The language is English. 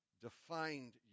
defined